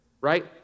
right